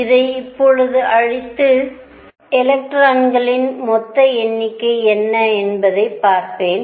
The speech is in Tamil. இதை இப்போது அழித்து எலக்ட்ரான்களின் மொத்த எண்ணிக்கை என்ன என்பதைப் பார்ப்பேன்